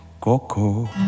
Coco